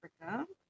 africa